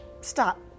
stop